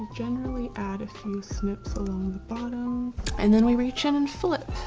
generally, add a few snips along the bottom and then we reach in and flip,